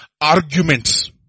arguments